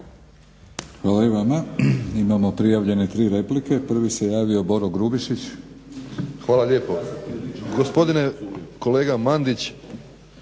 Hvala i vama. Imamo prijavljene 3 replike. Prvi se javio Boro Grubišić. **Grubišić, Boro (HDSSB)** Hvala lijepo. Gospodine kolega Mandić,